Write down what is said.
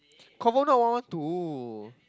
confirm not one one two